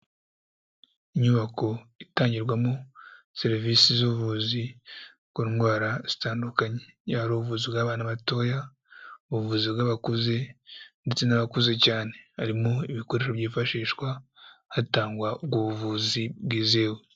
Inyubako itangirwamo serivisi z'ubuvuzi ku ndwara zitandukanye. Yaba ari ubuvuzi bw'abana batoya, ubuvuzi bw'abakuze ndetse n'abakuze cyane. Harimo ibikoresho byifashishwa, hatangwa ubwo buvuzi bwizewe.